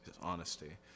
honesty